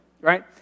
right